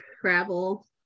travel